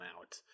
out